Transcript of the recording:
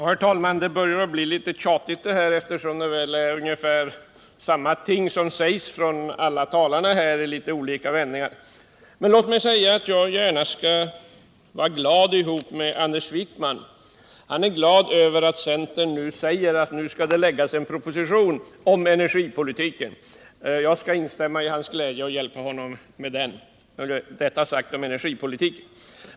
Herr talman! Det här börjar bli litet tjatigt, eftersom ungefär samma saker sägs av alla talarna i litet olika vändningar. Låt mig säga att jag gärna vill glädja mig tillsammans med Anders Wijkman, som är glad över att centern nu säger att en proposition skall läggas fram om energipolitiken. Jag instämmer i hans glädje över detta, och jag skall gärna hjälpa honom med den. — Detta sagt om energipolitiken.